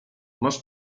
masz